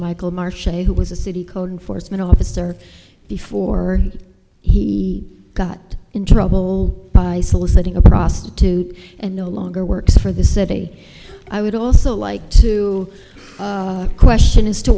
michael march who was a city code enforcement officer before he got in trouble by soliciting a prostitute and no longer works for the city i would also like to question as to